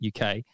UK